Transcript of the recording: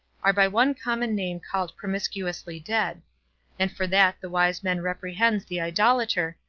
are by one common name called promiscuously dead and for that the wise man reprehends the idolater,